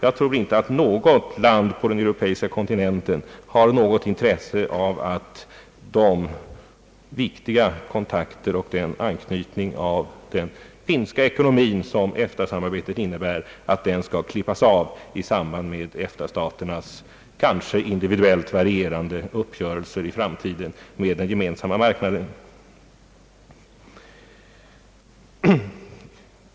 Jag tror inte att något land på den europeiska kontinenten har intresse av att de viktiga kontakterna och den anknytning av den finländska ekonomien som EFTA-samarbetet innebär skall klippas av i samband med EFTA staternas kanske individuellt varierande uppgörelser med den gemensamma marknaden.